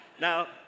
Now